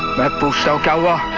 let our